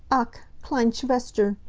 ach, kleine schwester,